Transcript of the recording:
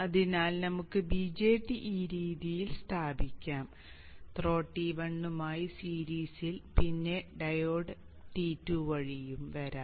അതിനാൽ നമുക്ക് BJT ഈ രീതിയിൽ സ്ഥാപിക്കാം ത്രോ T1 മായി സീരീസിൽ പിന്നെ ഡയോഡ് T2 വഴിയും വരാം